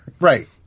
Right